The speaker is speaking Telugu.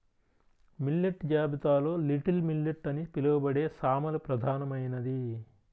మిల్లెట్ జాబితాలో లిటిల్ మిల్లెట్ అని పిలవబడే సామలు ప్రధానమైనది